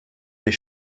des